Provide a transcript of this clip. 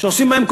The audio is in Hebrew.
שעושים מהם,